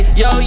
yo